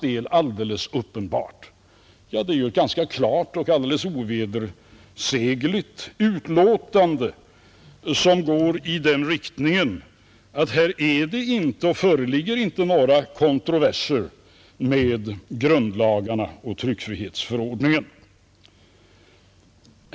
Det är ju ett ganska klart och alldeles ovedersägligt utlåtande, som går i den riktningen att här föreligger det inte några kontroverser med grundlagarna och tryckfrihetsförordningen.